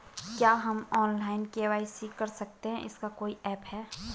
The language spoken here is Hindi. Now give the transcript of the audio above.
क्या हम ऑनलाइन के.वाई.सी कर सकते हैं इसका कोई ऐप है?